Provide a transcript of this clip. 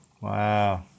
Wow